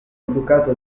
ducato